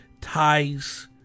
ties